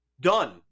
done